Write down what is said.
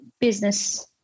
business